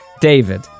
David